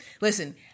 Listen